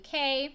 UK